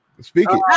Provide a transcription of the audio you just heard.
Speaking